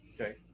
Okay